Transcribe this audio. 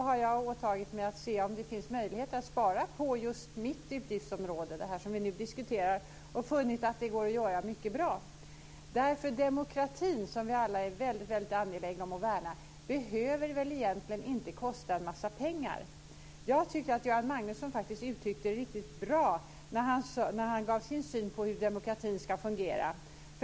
Jag har åtagit mig att se om det finns möjligheter att spara på just mitt utgiftsområde, det utgiftsområde som vi nu diskuterar, och har funnit att det går mycket bra att göra det. Demokratin, som vi alla är väldigt angelägna om att värna, behöver väl egentligen inte kosta en massa pengar. Göran Magnusson uttryckte det faktiskt riktigt bra när han gav sin syn på hur demokratin ska fungera.